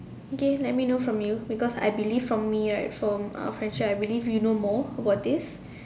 okay let me know from you because I believe from me right from uh Frencha I believe you know more about this